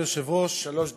שלוש דקות.